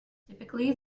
typically